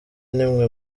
nimwe